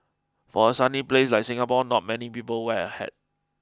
for a sunny place like Singapore not many people wear a hat